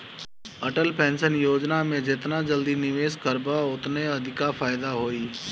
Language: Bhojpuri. अटल पेंशन योजना में जेतना जल्दी निवेश करबअ ओतने अधिका फायदा होई